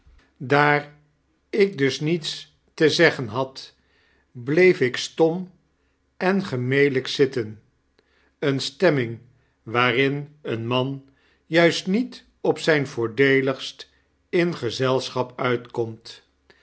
daar ik dus niets te zeggen had bleef ik stom en gemelijk zitten eene stemming waarin een man juist niet op zijn voordeeligst in gezelschap uitkomt